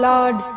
Lord